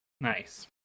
Nice